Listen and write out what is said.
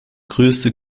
größte